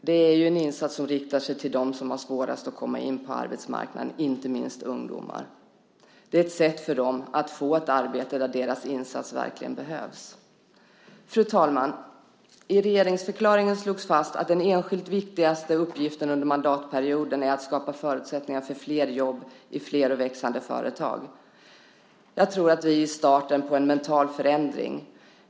Det är en insats som riktar sig till dem som har svårast att komma in på arbetsmarknaden, inte minst ungdomar. Det är ett sätt för dem att få ett arbete där deras insats verkligen behövs. Fru talman! I regeringsförklaringen slogs fast att den enskilt viktigaste uppgiften under mandatperioden är att skapa förutsättningar för flera jobb i flera och växande företag. Jag tror att vi är i starten på en mental förändring.